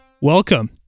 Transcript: welcome